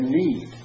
need